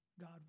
God